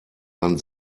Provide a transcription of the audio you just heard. man